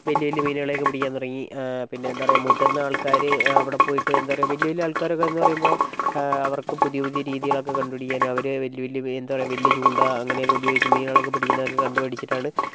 വലിയ വലിയ മീനുകളെയൊക്കെ പിടിക്കാൻ തുടങ്ങി പിന്നെ എന്താ പറയാ മുതിർന്ന ആൾക്കാർ അവിടെ പോയിട്ട് എന്താ പറയാ വലിയ വലിയ ആൾക്കാരെന്നൊക്കെ പറയുമ്പോൾ അവർക്ക് പുതിയ പുതിയ രീതികളൊക്കെ കണ്ട് പിടിക്കാനും അവർ വലിയ വലിയ എന്താ പറയാ വലിയ ചൂണ്ട അങ്ങനെയൊക്കെ ഉപയോഗിച്ച് മീനുകളെ പിടിക്കുന്നതൊക്കെ കണ്ടുപഠിച്ചിട്ടാണ്